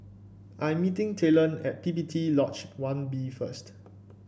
I am meeting Talon at P P T Lodge One B first